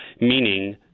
meaning